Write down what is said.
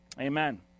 Amen